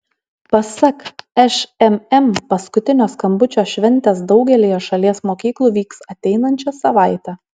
pasak šmm paskutinio skambučio šventės daugelyje šalies mokyklų vyks ateinančią savaitę